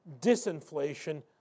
disinflation